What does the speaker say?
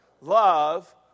Love